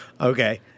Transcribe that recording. Okay